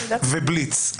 ובליץ.